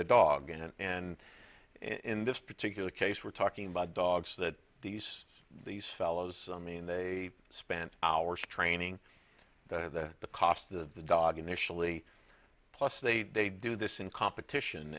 the dog and and in this particular case we're talking about dogs that these these fellows i mean they spent hours training the cost the dog initially plus they do this in competition